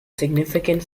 significant